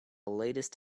latest